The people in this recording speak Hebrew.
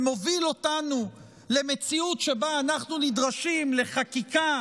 ומוביל אותנו למציאות שבה אנחנו נדרשים לחקיקה